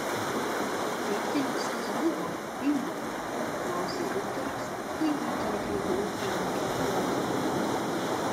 kaip ten viskas buvo inga klausė viktoras kai ji kiek lygiau ėmė kvėpuoti